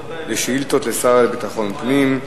נעבור לשאילתות לשר לביטחון הפנים.